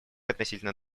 относительно